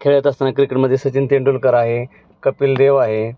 खेळत असताना क्रिकेटमध्ये सचिन तेंडुलकर आहे कपिल देव आहे